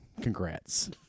Congrats